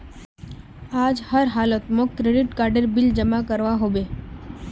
आज हर हालौत मौक क्रेडिट कार्डेर बिल जमा करवा होबे